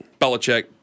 Belichick